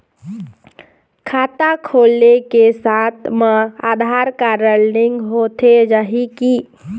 खाता खोले के साथ म ही आधार कारड लिंक होथे जाही की?